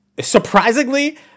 surprisingly